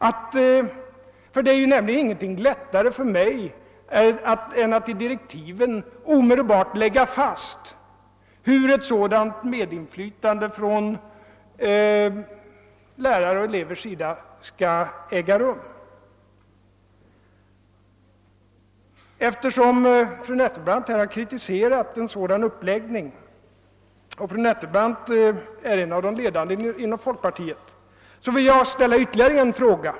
Ingenting skulle ju vara lättare för mig än att i direktiven omedelbart slå fast hur ett sådant medinflytande från lärares och elevers sida skall äga rum. Eftersom fru Nettelbrandt här kritiserat en sådan uppläggning och eftersom hon är en av de ledande inom folkpartiet vill jag ställa ytterligare en fråga.